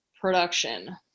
production